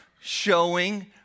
showing